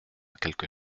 quelque